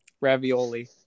ravioli